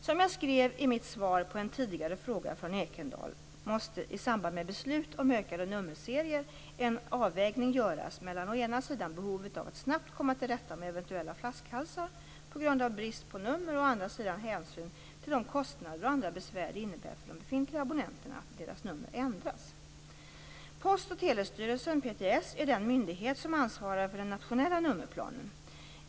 Som jag skrev i mitt svar på en tidigare fråga från Ekendahl måste, i samband med beslut om utökade nummerserier, en avvägning göras mellan å ena sidan behovet av att snabbt komma till rätta med eventuella flaskhalsar på grund av brist på nummer och å andra sidan hänsyn till de kostnader och andra besvär det innebär för de befintliga abonnenterna att deras nummer ändras. Post och telestyrelsen, PTS, är den myndighet som ansvarar för den nationella nummerplanen.